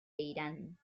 irán